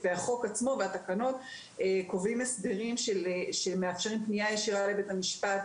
החוק עצמו והתקנות קובעים הסדרים שמאפשרים פנייה ישירה לבית המשפט,